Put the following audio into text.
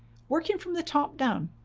working from the top down,